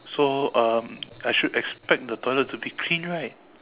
so um I should expect the toilet to be clean right